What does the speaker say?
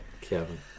Kevin